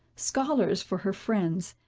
scholars for her friends,